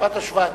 משפט השוואתי.